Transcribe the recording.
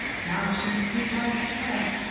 now, she was too tired to care,